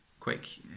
quick